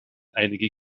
einige